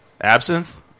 absinthe